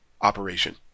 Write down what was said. operation